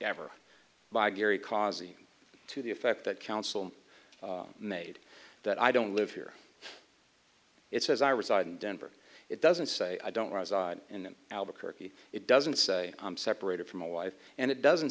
ever by gary causey to the effect that council made that i don't live here it says i reside in denver it doesn't say i don't rise in albuquerque it doesn't say i'm separated from my wife and it doesn't